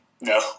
No